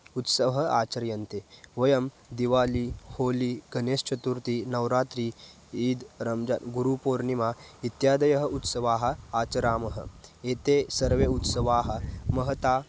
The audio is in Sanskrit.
उत्सवाः आचर्यन्ते वयं दिवाली होली गणेशचतुर्थी नवरात्रिः ईद् रंज गुरुपूर्णिमा इत्यादयः उत्सवाः आचरामः एते सर्वे उत्सवाः महता